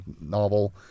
novel